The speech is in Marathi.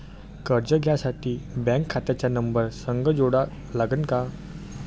कर्ज घ्यासाठी बँक खात्याचा नंबर संग जोडा लागन का?